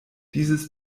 dieses